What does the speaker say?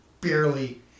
barely